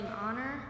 honor